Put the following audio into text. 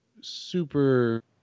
super